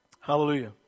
Hallelujah